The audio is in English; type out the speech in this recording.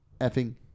effing